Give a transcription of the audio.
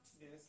Yes